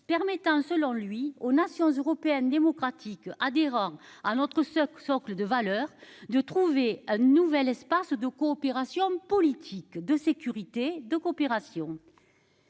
permettant selon lui aux nations européennes démocratiques adhérant à notre socle socle de valeurs de trouver un nouvel espace de coopération politique de sécurité de coopération.--